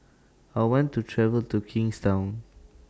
I want to travel to Kingstown